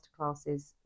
masterclasses